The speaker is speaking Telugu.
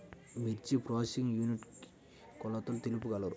మిర్చి ప్రోసెసింగ్ యూనిట్ కి కొలతలు తెలుపగలరు?